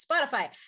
spotify